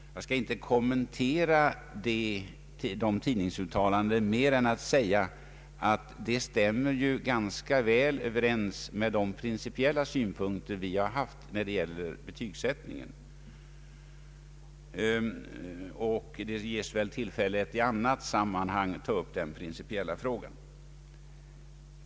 Jag skall inte kommentera dessa tidningsuttalanden mer än genom att säga att detta stämmer ganska väl överens med de principiella synpunkter vi haft i fråga om betygsättningen. Det ges väl i annat sammanhang tillfälle att ta upp den principiella frågan.